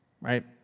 right